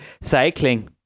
cycling